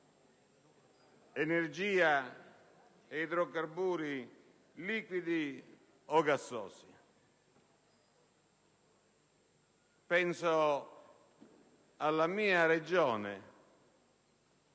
energia e idrocarburi liquidi o gassosi. E penso alla mia Regione: